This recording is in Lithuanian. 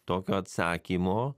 tokio atsakymo